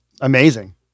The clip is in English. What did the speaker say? amazing